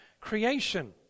creation